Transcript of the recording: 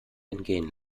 entgehen